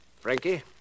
Frankie